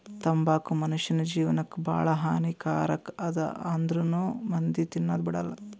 ತಂಬಾಕು ಮುನುಷ್ಯನ್ ಜೇವನಕ್ ಭಾಳ ಹಾನಿ ಕಾರಕ್ ಅದಾ ಆಂದ್ರುನೂ ಮಂದಿ ತಿನದ್ ಬಿಡಲ್ಲ